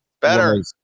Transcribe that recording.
Better